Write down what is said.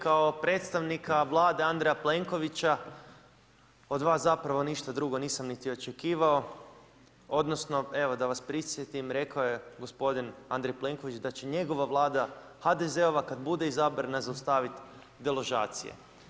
Kao predstavnika Vlade Andreja Plenkovića od vas zapravo nisam ništa drugo nisam niti očekivao odnosno evo da vas podsjetim, rekao je gospodin Andrej Plenković da će njegova Vlada HDZ-ova kada bude izabran zaustavit deložacije.